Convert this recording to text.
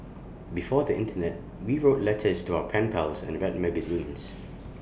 before the Internet we wrote letters to our pen pals and read magazines